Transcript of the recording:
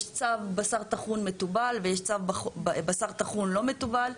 יש צו בשר טחון מתובל ויש צו בשר טחון לא מתובל.